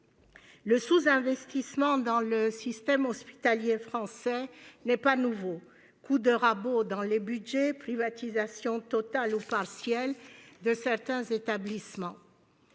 Le sous-investissement dans le système hospitalier français n'est pas nouveau : coups de rabot dans les budgets, privatisation totale ou partielle de certains établissements.